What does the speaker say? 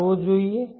ધારવો જોઈએ